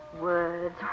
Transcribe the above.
Words